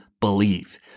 believe